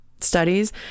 studies